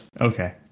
Okay